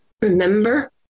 Remember